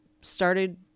started